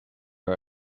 are